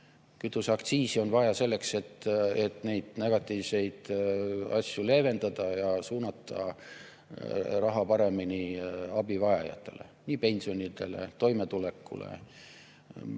Kütuseaktsiisi on vaja selleks, et neid negatiivseid asju leevendada ja suunata raha paremini abivajajatele, pensionidele, toimetulekule ja minu